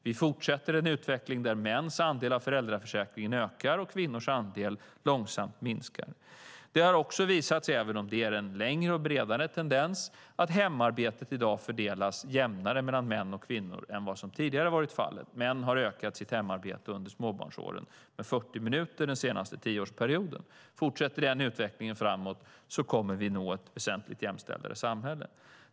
Vi fortsätter en utveckling där mäns andel av föräldraförsäkringen och kvinnors andel långsamt minskar. Det har visat sig, även om det är en längre och bredare tendens, att hemarbetet i dag fördelas jämnare mellan män och kvinnor än vad som tidigare varit fallet. Män har ökat sitt hemarbete under småbarnsåren med 40 minuter under den senaste tioårsperioden. Fortsätter den utvecklingen kommer vi att nå ett väsentligt jämställdare samhälle.